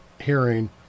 hearing